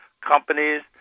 companies